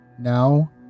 now